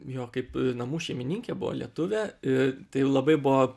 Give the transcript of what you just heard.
jo kaip namų šeimininkė buvo lietuvė ir tai labai buvo